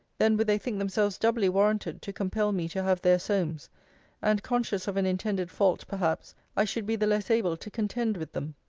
then would they think themselves doubly warranted to compel me to have their solmes and, conscious of an intended fault, perhaps, i should be the less able to contend with them.